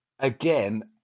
Again